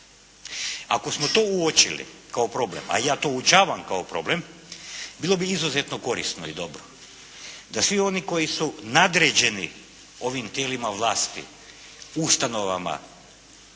Ako smo to uočili kao problem a ja to uočavam kao problem bilo bi izuzetno korisno i dobro da svi oni koji su nadređeni ovim tijelima vlasti, ustanovama,